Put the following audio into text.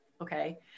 okay